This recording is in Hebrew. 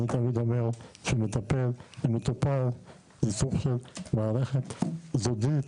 אני תמיד אומר שמטפל ומטופל זה סוג של מערכת זוגית,